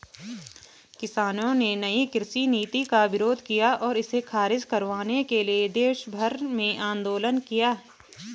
किसानों ने नयी कृषि नीति का विरोध किया और इसे ख़ारिज करवाने के लिए देशभर में आन्दोलन किया